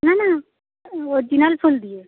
না না অরজিনাল ফুল দিয়ে